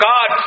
God